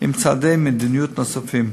עם צעדי מדיניות נוספים.